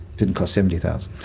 didn't cost seventy thousand